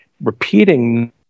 repeating